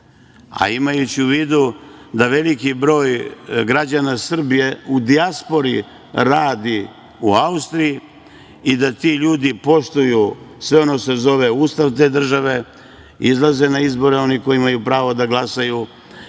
a imajući u vidu da veliki broj građana Srbije u dijaspori radi u Austriji i da ti ljudi poštuju sve ono što se zove ustav te države, izlaze na izbore oni koji imaju pravo da glasaju,